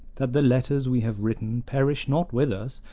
that the letters we have written perish not with us,